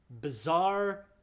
bizarre